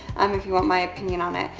um if you want my opinion on that.